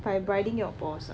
by bribing your boss ah